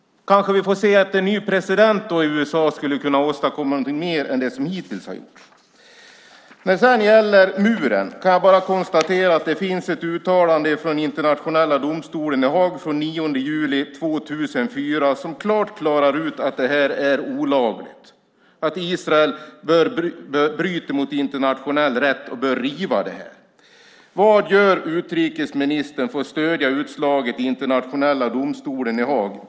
Kanske vi får se att en ny president i USA skulle kunna åstadkomma någonting mer än det som hittills har gjorts. När det sedan gäller muren kan jag bara konstatera att det finns ett uttalande från Internationella domstolen i Haag från den 9 juli 2004 som tydligt klarar ut att det här är olagligt, att Israel bryter mot internationell rätt och bör riva muren. Vad gör utrikesministern för att stödja utslaget i Internationella domstolen i Haag?